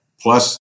plus